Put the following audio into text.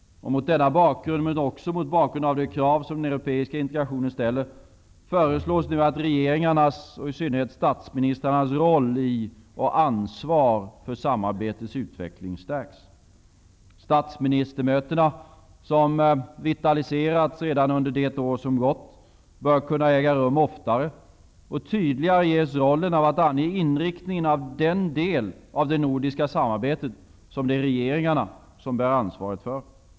Mot denna bakgrund, men också mot bakgrund av de krav som den europeiska integrationen ställer, föreslås nu att regeringarnas och i synnerhet statsministrarnas roll i och ansvar för samarbetets utveckling stärks. Statsministermötena, som vitaliserats redan under det år som har gått, bör kunna äga rum oftare och tydligare ges rollen av att ange inriktningen av den del av det nordiska samarbetet som regeringarna bär ansvaret för.